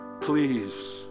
please